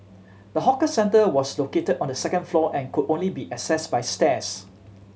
the hawker centre was located on the second floor and could only be access by stairs